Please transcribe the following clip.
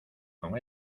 con